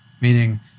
meaning-